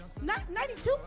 92